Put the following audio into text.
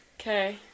Okay